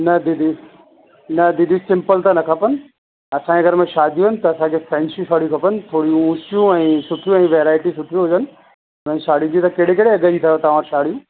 न दीदी न दीदी सिंपल त न खपनि असांजे घर में शादियूं आहिनि त असांखे फैंसी साड़ियूं खपनि थोरियूं उचियूं ऐं सुठियूं ऐं वैराइटियूं सुठी हुजनि तव्हांजी साड़ी जी त कहिड़े कहिड़े अघ जी तव्हां वटि साड़ियूं